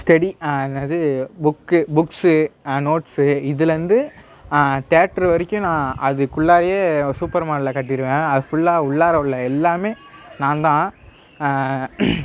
steady அது என்னாது book books notes இதுலருந்து தியேட்டர் வரைக்கும் நான் அதுக்குள்ளாரையே சூப்பர் மாலில் கட்டிருவேன் அது ஃபுல்லாக உள்ளார உள்ள எல்லாமே நான்தான்